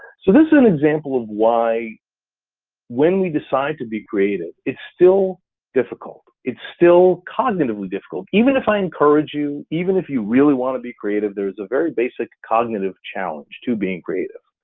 so this is an example of why when we decide to be creative, it's still difficult, it's still cognitively difficult, even if i encourage you, even if you really wanna be creative, there's a very basic cognitive challenge to being creative.